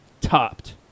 Topped